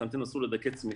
מבחינתנו אסור לדכא צמיחה,